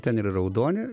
ten yra raudoni